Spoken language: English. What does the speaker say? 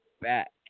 back